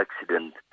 accident